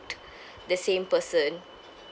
the same person